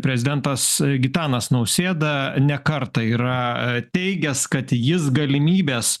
prezidentas gitanas nausėda ne kartą yra teigęs kad jis galimybės